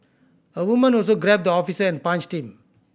a woman also grabbed the officer and punched him